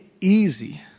easy